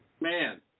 Man